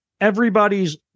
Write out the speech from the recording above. Everybody's